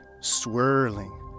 swirling